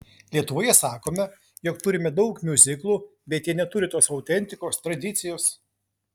lietuvoje sakome jog turime daug miuziklų bet jie neturi tos autentikos tradicijos